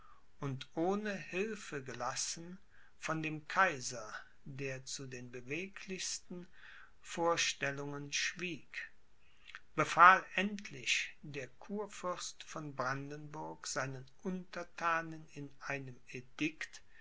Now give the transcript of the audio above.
und ohne hilfe gelassen von dem kaiser der zu den beweglichsten vorstellungen schwieg befahl endlich der kurfürst von brandenburg seinen unterthanen in einem